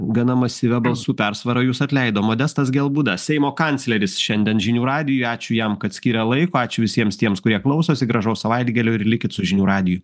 gana masyvia balsų persvara jus atleido modestas gelbūda seimo kancleris šiandien žinių radijui ačiū jam kad skyrė laiko ačiū visiems tiems kurie klausosi gražaus savaitgalio ir likit su žinių radiju